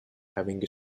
having